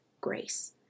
grace